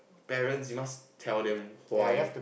parents you must tell them why